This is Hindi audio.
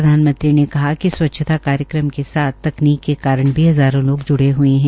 प्रधानमंत्री ने कहा कि स्वच्छता कार्यक्रम के साथ तकनीक के कारण भी हज़ारों लोग ज्ड़े है